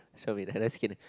show me I just kidding